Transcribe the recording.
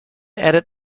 edit